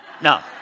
No